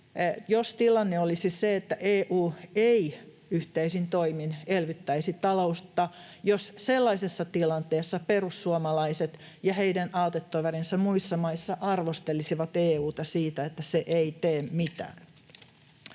tilanteessa, että EU ei yhteisin toimin elvyttäisi taloutta, perussuomalaiset ja heidän aatetoverinsa muissa maissa arvostelisivat EU:ta siitä, että se ei tee mitään.